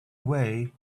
way